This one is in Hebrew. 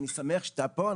אני שמח שאתה פה,